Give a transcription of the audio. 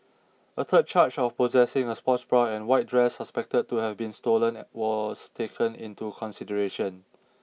a third charge of possessing a sports bra and white dress suspected to have been stolen was taken into consideration